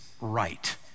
right